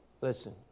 Listen